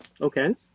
Okay